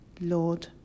Lord